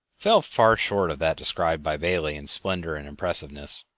fell far short of that described by bailey in splendor and impressiveness.